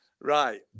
Right